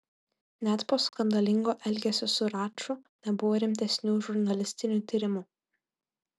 net po skandalingo elgesio su raču nebuvo rimtesnių žurnalistinių tyrimų